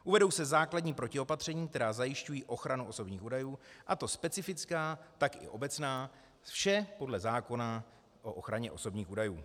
Uvedou se základní protiopatření, která zajišťují ochranu osobních údajů, a to jak specifická, tak i obecná, vše podle zákona o ochraně osobních údajů.